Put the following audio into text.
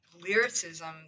lyricism